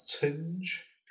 tinge